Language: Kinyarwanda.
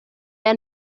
aya